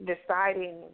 deciding